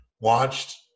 watched